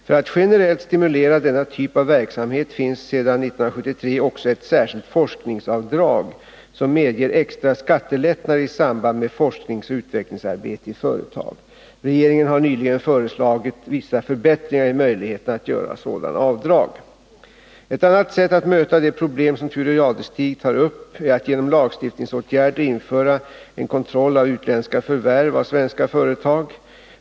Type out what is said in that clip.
För att generellt stimulera denna typ av verksamhet finns sedan 1973 också ett särskilt forskningsavdrag som medger extra skattelättnader i samband med forskningsoch utvecklingsarbete i företag. Regeringen har nyligen föreslagit vissa förbättringar i möjligheterna att göra sådant avdrag. Ett annat sätt att möta de problem som Thure Jadestig tar upp är att genom lagstiftningsåtgärder införa en kontroll av utländska förvärv av svenska företag.